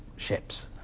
ships.